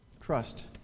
trust